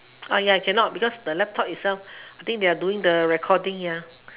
uh ya cannot because the laptop itself I think they are doing the recording here